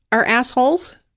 are assholes,